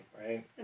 right